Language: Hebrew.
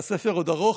הספר עוד ארוך,